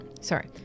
sorry